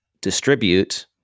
distribute